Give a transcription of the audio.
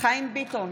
חיים ביטון,